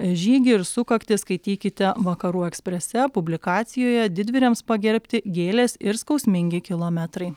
žygį ir sukaktis skaitykite vakarų eksprese publikacijoje didvyriams pagerbti gėlės ir skausmingi kilometrai